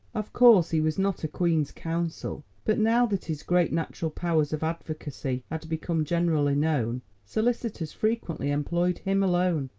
of course, he was not a queen's counsel, but now that his great natural powers of advocacy had become generally known, solicitors frequently employed him alone,